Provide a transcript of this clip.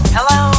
Hello